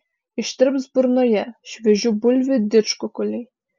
ištirps burnoje šviežių bulvių didžkukuliai